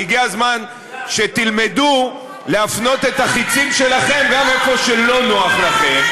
והגיע הזמן שתלמדו להפנות את החצים שלכם גם לאיפה שלא נוח לכם.